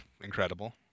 incredible